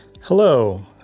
Hello